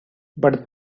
but